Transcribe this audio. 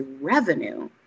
revenue